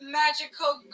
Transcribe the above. magical